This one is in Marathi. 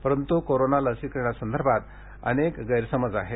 परंतु कोरोना लसीकरणासंदर्भात अनेक गैरसमज आहेत